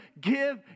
give